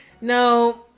No